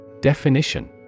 Definition